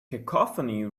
cacophony